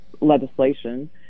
legislation